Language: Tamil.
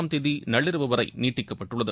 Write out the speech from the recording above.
ஆம் தேதி நள்ளிரவு வரை நீட்டிக்கப்பட்டுள்ளது